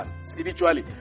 spiritually